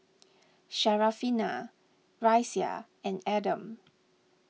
Syarafina Raisya and Adam